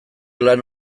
lan